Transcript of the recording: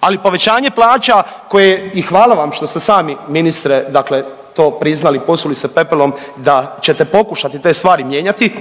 Ali povećanje plaća koje i hvala vam što ste sami ministre, dakle to priznali, posuli se pepelom, da ćete pokušati te stvari mijenjati.